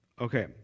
Okay